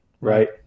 right